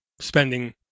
spending